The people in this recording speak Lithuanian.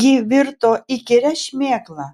ji virto įkyria šmėkla